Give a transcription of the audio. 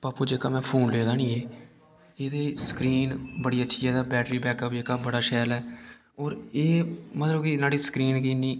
पापू जेह्का में फोन लेदा नि एह् एह्दी स्क्रीन बड़ी अच्छी ऐ ते बैटरी बैकअप जेह्का बड़ा शैल ऐ होर एह् मतलब कि न्हाड़ी स्क्रीन गी इन्नी